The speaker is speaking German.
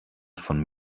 von